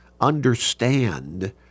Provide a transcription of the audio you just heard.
understand